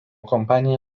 kompanija